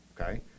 Okay